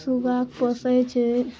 सुगाके पोसै छै